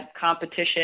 competition